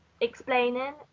explaining